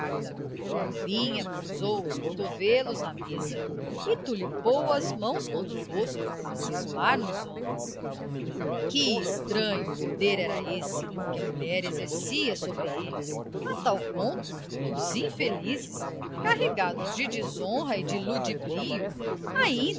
pombinha pousou os cotovelos na mesa e tulipou as mãos contra o rosto a cismar nos homens que estranho poder era esse que a mulher exercia sobre eles a tal ponto que os infelizes carregados de desonra e de ludibrio ainda